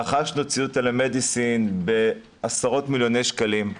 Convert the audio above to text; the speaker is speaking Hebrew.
רכשנו ציוד טלמדיסין בעשרות מיליוני שקלים,